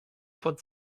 pod